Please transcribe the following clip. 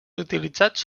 utilitzats